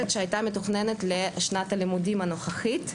שהייתה מתוכננת לשנת הלימודים הנוכחית.